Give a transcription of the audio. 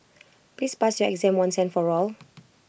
please pass your exam once and for all